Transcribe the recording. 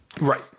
Right